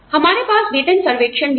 हमारे पास वेतन सर्वेक्षण भी है